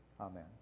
Amen